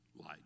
light